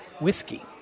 whiskey